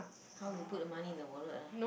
how you put the money in the wallet ah